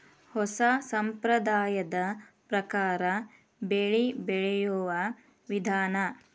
ಹೊಸಾ ಸಂಪ್ರದಾಯದ ಪ್ರಕಾರಾ ಬೆಳಿ ಬೆಳಿಯುವ ವಿಧಾನಾ